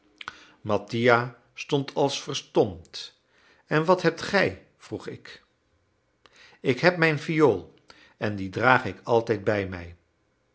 mattia stond als verstomd en wat hebt gij vroeg ik ik heb mijn viool en die draag ik altijd bij mij